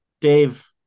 Dave